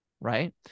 right